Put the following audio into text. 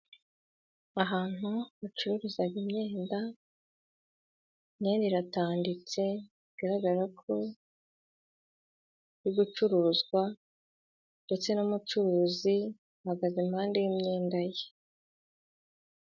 Ahantu bacururiza imyenda, imyenda iratanditswe bigaragara ko iri gucuruzwa. Ndetse n'umucuruzi ahagaze impande y'imyenda ye.